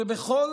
שבכל